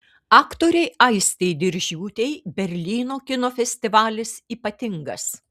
aktorei aistei diržiūtei berlyno kino festivalis ypatingas